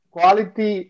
Quality